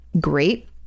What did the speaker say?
great